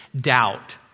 doubt